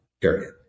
period